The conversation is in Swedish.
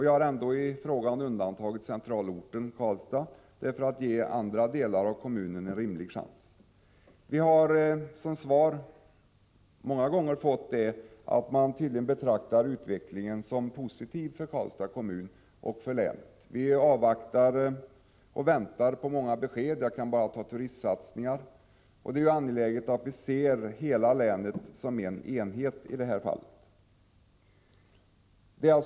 Jag har ändå i min fråga undantagit Karlstads centralort, till förmån för andra delar av kommunen. Vi har många gånger fått till svar att man betraktar utvecklingen för Karlstads kommun och för länet som positiv. Vi väntar i det här sammanhanget på många besked, bl.a. när det gäller turistsatsningar. Det är angeläget att vi i dessa fall ser länet som en helhet.